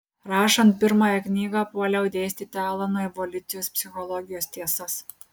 rašant pirmąją knygą puoliau dėstyti alanui evoliucijos psichologijos tiesas